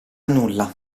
nulla